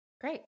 Great